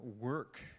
work